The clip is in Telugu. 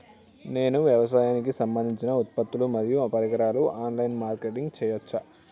నేను వ్యవసాయానికి సంబంధించిన ఉత్పత్తులు మరియు పరికరాలు ఆన్ లైన్ మార్కెటింగ్ చేయచ్చా?